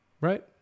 right